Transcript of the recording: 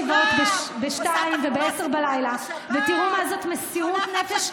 לכו לישיבות ב-02:00 וב-22:00 ותראו מה זאת מסירות נפש,